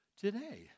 today